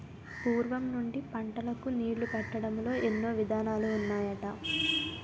పూర్వం నుండి పంటలకు నీళ్ళు పెట్టడంలో ఎన్నో విధానాలు ఉన్నాయట